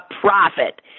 profit